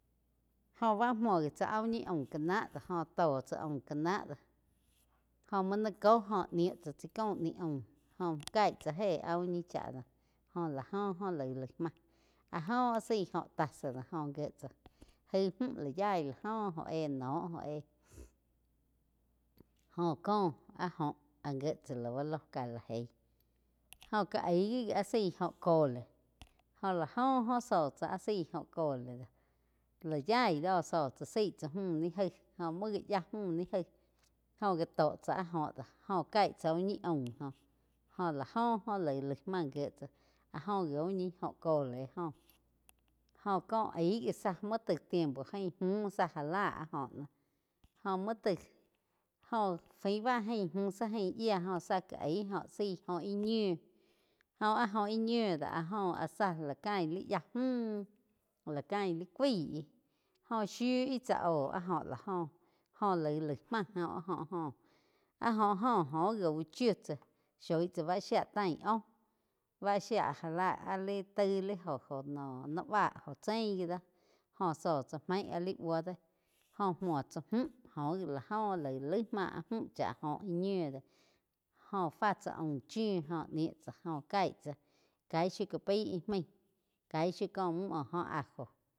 Jó bá múo gi tsá áh uh ñi aum ká náh do jóh tó cha aum ká do jó muo ni kóh óh nih tsá caúm ni aum joh caíg tsá éh áh úh ñih chá do jó lá óh laig, laíg máh áh jo áh zaí óh tasa jóh gié tsá jaig múh la yaig la oh, óh éh noh óh éh. Joh koh áh joh áh gíe tsá lau lóh ka la eig, joh ká aig gi áh zaí óh cole, jó lá oh zóh tsá áh zaí óh cole lá yaí do zóh tsá zaig tsá múh ni gaí óh múo gá yía múh ni gaíg óh gá tó chá áh óh do, jóh caíg tsá úh ñi aum joh- la óh laig, laig máh gíe tsá áh jóh gi úh ñi óh cole jo-jo cóh aig gi záh, múo taig tiempo jain múh zá já la áh óh noh oh múo taih óh fain bá jaim múh zi jain yía joh zá ká iag óh zaí óh íh ñiu. Jo áh óh íh ñiu do áh joh áh zá la cain li yía múh lá cain li cuaíg. Jó shiu ih tsá óh áh joh la óh jó laig-laig má áh óh joh áh óh joh oh gi úh chiu tsá shói tsá báh shía tain óhh bá shía já la áh taig li joh noh ni bá joh chein gi do, jóh zóh tsá maí áh li búo do jóh múo tsá mju oh gi la oh laig-laig má áh mju chá óh íh ñiu do joh fá tsa aum chiu joh níu tsá jo caig tsá caig shiu cá ái úh maig, caig shiu có muh múo joh ajo.